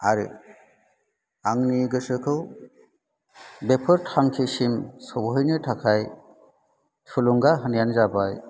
आरो आंनि गोसोखौ बेफोेर थांखिसिम सहैनो थाखाय थुलुंगा होनायानो जाबाय